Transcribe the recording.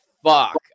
fuck